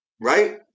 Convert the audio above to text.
Right